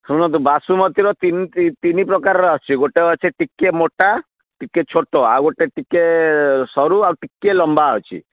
ଶୁଣନ୍ତୁ ବାସୁମତିର ତିନି ପ୍ରକାରର ଆସୁଛି ଗୋଟେ ଅଛି ଟିକିଏ ମୋଟା ଟିକିଏ ଛୋଟ ଆଉ ଗୋଟେ ଟିକିଏ ସରୁ ଆଉ ଟିକିଏ ଲମ୍ବା ଅଛି